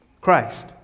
Christ